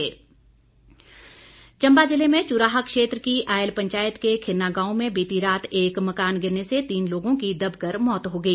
मकान गिरा चंबा ज़िले में चुराह क्षेत्र की आयल पंचायत के खिरना गांव में बीती रात एक मकान गिरने से तीन लोगों की दबकर मौत हो गई